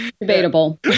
Debatable